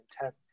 intent